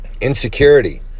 Insecurity